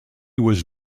was